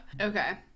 Okay